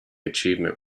achievement